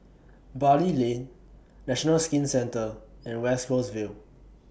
Bali Lane National Skin Centre and West Coast Vale